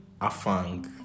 afang